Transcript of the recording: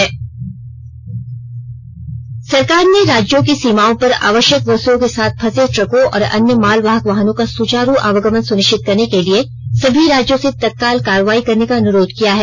गडकरी सरकार ने राज्यों की सीमाओं पर आवश्यक वस्तुओं के साथ फंसे ट्रकों और अन्य मालवाहक वाहनों का सुचारू आवागमन सुनिश्चित करने के लिए सभी राज्यों से तत्काल कार्रवाई करने का अनुरोध किया है